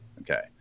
Okay